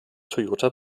toyota